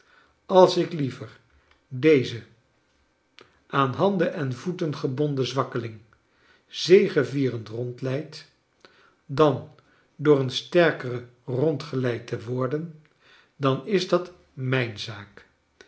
als ik liever dezen aan handen en voeten gebonden zwakkeling zegevierend rondleid dan door een sterkeren rondgeleid te worden dan is dat mijn zaak